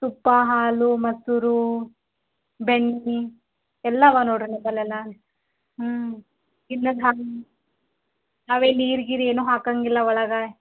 ತುಪ್ಪ ಹಾಲು ಮೊಸುರು ಬೆಣ್ಣೆ ಎಲ್ಲ ಅವೆ ನೋಡಿರಿ ನಮ್ಮಲ್ಲಿ ಎಲ್ಲ ಹ್ಞೂ ಗಿಣ್ಣದ್ದು ಹಾಲು ನಾವೇನು ನೀರು ಗೀರ್ ಏನು ಹಾಕೋಂಗಿಲ್ಲ ಒಳಗೆ